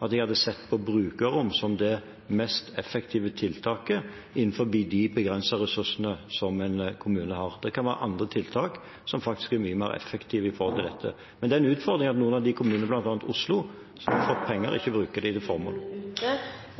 at jeg hadde sett på brukerrom som det mest effektive tiltaket innenfor de begrensede ressursene som en kommune har. Det kan være andre tiltak som faktisk er mye mer effektive når det gjelder dette. Men det er en utfordring at noen av de kommunene, bl.a. Oslo … Da var tiden ute.